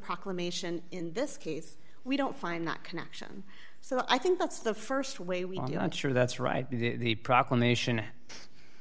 proclamation in this case we don't find that connection so i think that's the st way we want to answer that's right the proclamation